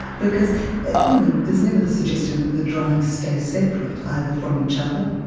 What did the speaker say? because you know there's never the suggestion that the drives stay separate either from each other,